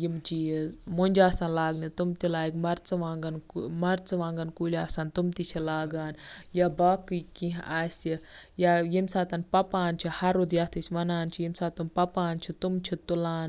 یِم چیٖز مۄنٛجہِ آسَن لاگنہِ تِم تہِ لاگہِ مَرژٕوانٛگَن کُلۍ مَرژٕوانٛگَن کُلۍ آسَن تِم تہِ چھِ لاگان یا باقٕے کیٚنٛہہ آسہِ یا ییٚمہِ ساتہٕ پَپان چھِ ہَرُد یَتھ أسۍ وَنان چھِ ییٚمہِ ساتہٕ تِم پَپان چھِ تِم چھِ تُلان